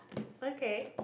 okay